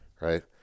right